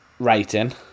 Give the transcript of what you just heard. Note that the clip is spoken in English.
rating